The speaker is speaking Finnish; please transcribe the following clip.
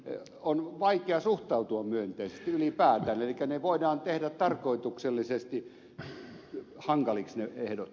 mäkistä on vaikea suhtautua myönteisesti ylipäätään elikkä voidaan tehdä tarkoituksellisesti hankaliksi ne ehdot